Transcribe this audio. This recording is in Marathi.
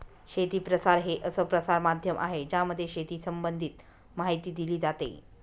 शेती प्रसार हे असं प्रसार माध्यम आहे ज्यामध्ये शेती संबंधित माहिती दिली जाते